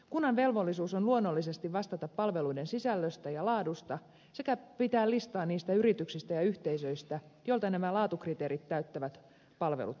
kunnan velvollisuus on luonnollisesti vastata palveluiden sisällöstä ja laadusta sekä pitää listaa niistä yrityksistä ja yhteisöistä joilta nämä laatukriteerit täyttävät voi ostaa